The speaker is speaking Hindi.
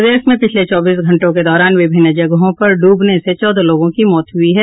प्रदेश में पिछले चौबीस घंटों के दौरान विभिन्न जगहों पर डूबने से चौदह लोगों की मौत हुई हैं